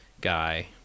guy